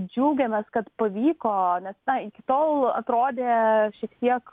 džiaugiamės kad pavyko nes na iki tol atrodė šiek tiek